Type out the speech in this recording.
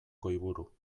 goiburu